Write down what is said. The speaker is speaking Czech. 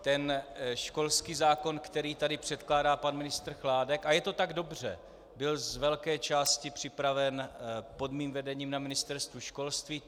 Ten školský zákon, který tady předkládá pan ministr Chládek, a je to tak dobře, byl z velké části připraven pod mým vedením na Ministerstvu školství.